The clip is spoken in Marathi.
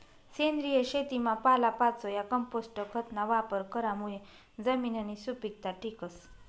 सेंद्रिय शेतीमा पालापाचोया, कंपोस्ट खतना वापर करामुये जमिननी सुपीकता टिकस